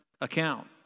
account